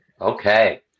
Okay